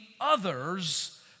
others